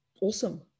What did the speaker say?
awesome